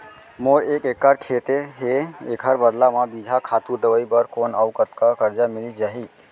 मोर एक एक्कड़ खेत हे, एखर बदला म बीजहा, खातू, दवई बर कोन अऊ कतका करजा मिलिस जाही?